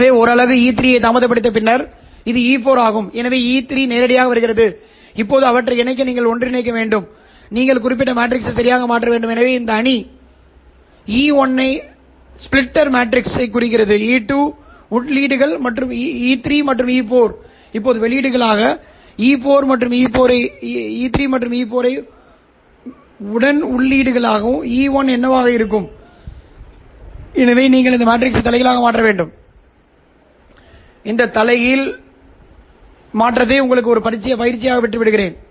எனவே 1 அலகு E3 தாமதப்படுத்திய பின்னர் இது E4 ஆகும் எனவே E3 நேரடியாக வருகிறது இப்போது அவற்றை இணைக்க நீங்கள் ஒன்றிணைக்க வேண்டும் நீங்கள் இந்த குறிப்பிட்ட மேட்ரிக்ஸை சரியாக மாற்ற வேண்டும் எனவே இந்த அணி E1 உடன் ஸ்ப்ளிட்டர் மேட்ரிக்ஸைக் குறிக்கிறது மற்றும் E2 உள்ளீடுகள் E3 மற்றும் E4 இப்போது வெளியீடுகளாக E3 மற்றும் E4 உடன் உள்ளீடுகளாக E1 என்னவாக இருக்கும் எனவே நீங்கள் இந்த மேட்ரிக்ஸைத் தலைகீழாக மாற்ற வேண்டும் இந்த தலைகீழ் உங்களுக்கு ஒரு பயிற்சியாக விடுகிறேன்